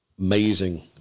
Amazing